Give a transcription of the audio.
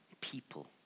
people